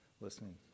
listening